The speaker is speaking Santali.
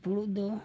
ᱯᱷᱩᱲᱩᱜ ᱫᱚ